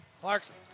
Clarkson